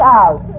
out